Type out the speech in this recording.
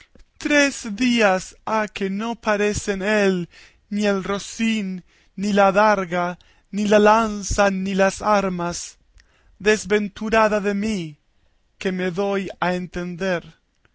tres días ha que no parecen él ni el rocín ni la adarga ni la lanza ni las armas desventurada de mí que me doy a entender